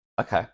okay